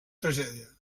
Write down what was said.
tragèdia